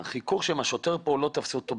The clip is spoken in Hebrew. החיכוך הזה עם השוטר הוא לא על שוד,